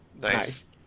Nice